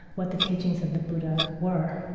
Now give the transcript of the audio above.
what the teachings of the buddha were